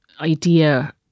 idea